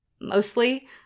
mostly